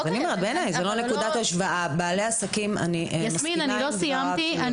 בעלי העסקים --- לא סיימתי.